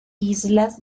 islas